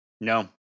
No